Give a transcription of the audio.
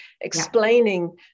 explaining